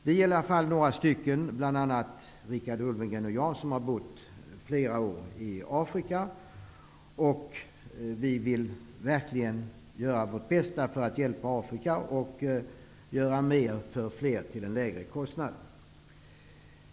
Vi är några, bl.a. Richard Ulfvengren och jag, som har bott flera år i Afrika, och vi vill verkligen göra vårt bästa för att hjälpa Afrika och göra mer för fler till en lägre kostnad.